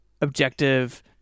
objective